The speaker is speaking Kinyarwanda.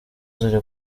ziri